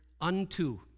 unto